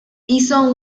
hizo